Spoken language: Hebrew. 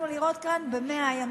בפנים גלויות,